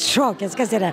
šokis kas yra